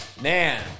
Man